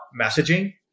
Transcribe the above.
messaging